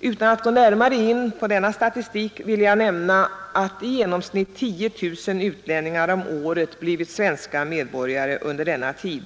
Utan att gå närmare in på denna statistik vill jag nämna att i genomsnitt 10 000 utlänningar om året blivit svenska medborgare under denna tid.